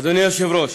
אדוני היושב-ראש,